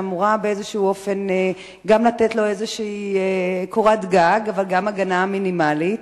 שאמורה באיזשהו אופן גם לתת לו קורת גג אבל גם הגנה מינימלית,